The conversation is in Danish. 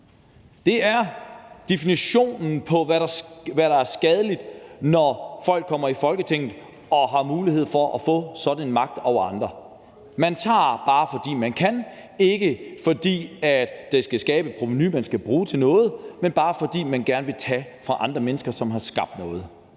Det er definitionen på, hvad der er skadeligt, når folk kommer i Folketinget og har mulighed for at få sådan en magt over andre. Man tager, bare fordi man kan. Det er ikke, fordi det skal skabe et provenu, man skal bruge til noget, men bare fordi man gerne vil tage fra andre mennesker, som har skabt noget.